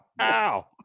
ow